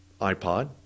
iPod